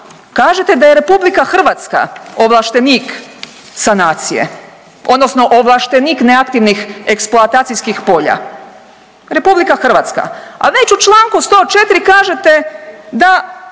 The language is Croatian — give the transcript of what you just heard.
kažete da je RH ovlaštenik sanacije odnosno ovlaštenih neaktivnih eksploatacijskih polja, RH, a već u čl. 104. kažete da